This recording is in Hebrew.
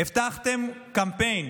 הבטחתם קמפיין